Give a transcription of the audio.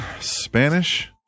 Spanish